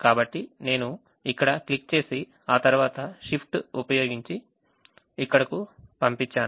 కాబట్టి నేను ఇక్కడ క్లిక్ చేసి ఆ తర్వాత షిఫ్ట్ ఉపయోగించి ఇక్కడకు పంపించండి